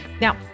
Now